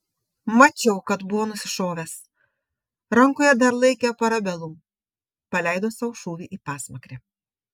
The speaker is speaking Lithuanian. mačiau kad buvo nusišovęs rankoje dar laikė parabellum paleido sau šūvį į pasmakrę